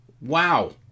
Wow